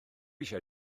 eisiau